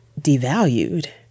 devalued